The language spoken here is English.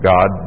God